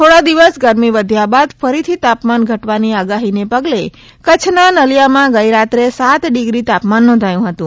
થોડા દિવસ ગરમી વધ્યા બાદ ફરીથી તાપમાન ઘટવાની આગાહી ને પગલે કચ્છ ના નલિયા માં ગઈ રાત્રે સાત ડિગ્રી તાપમાન નોંધાયું હતું